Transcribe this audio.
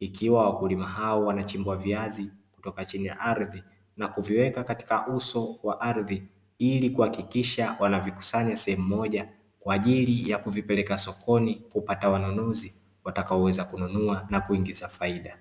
ikiwa wakulima hao wanachimbua viazi kutoka chini ya ardhi na kuviweka katika uso wa ardhi, ili kuhakikisha wanavikusanya sehemu moja, kwa ajili ya kuvipeleka sokoni kupata wanunuzi watakaoweza kununua na kuingiza faida.